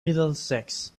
middlesex